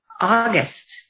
august